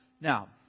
Now